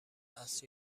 است